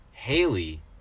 Haley